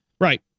Right